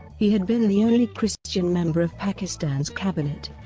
he had been the only christian member of pakistan's cabinet.